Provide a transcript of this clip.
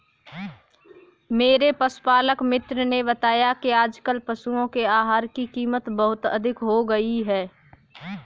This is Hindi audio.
मेरे पशुपालक मित्र ने बताया कि आजकल पशुओं के आहार की कीमत बहुत अधिक हो गई है